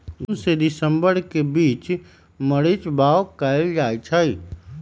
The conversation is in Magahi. जून से दिसंबर के बीच मरीच बाओ कएल जाइछइ